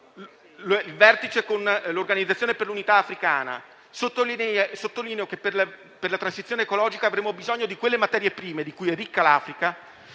il vertice con l'Organizzazione per l'unità africana. Sottolineo che per la transizione ecologica avremo bisogno di quelle materie prime di cui è ricca l'Africa